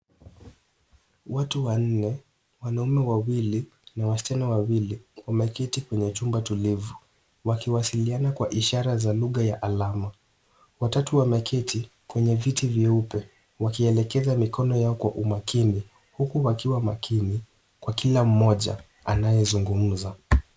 Watu wanne, wanaume wawili na wasichana wawili, wameketi kwenye chumba tulivu wakiwasiliana kwa ishara za lugha ya alama. Watatu wameketi kwenye viti vieupe wakielekeza mikono yao kwa umakini, huku wakiwa makini kwa kila mmoja anayezungumza.